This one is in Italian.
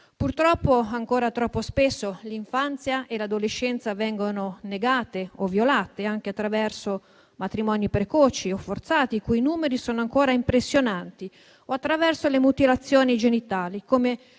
Purtroppo, ancora troppo spesso l'infanzia e l'adolescenza vengono negate o violate, anche attraverso matrimoni precoci o forzati, i cui numeri sono ancora impressionanti, o attraverso le mutilazioni genitali.